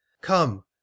come